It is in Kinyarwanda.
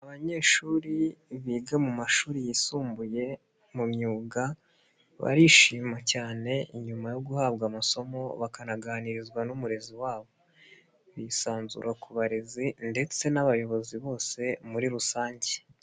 Abanyeshuri biga mu mashuri yisumbuye mu myuga, barishima cyane nyuma yo guhabwa amasomo bakanaganirizwa n'umurezi wabo, bisanzura ku barezi ndetse n'abayobozi bose muri rusange.